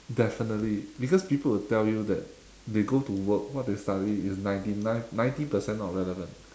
definitely because people will tell you that they go to work what they study is ninety nine ninety percent not relevant